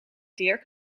dirk